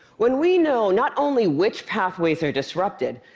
when we know not only which pathways are disrupted,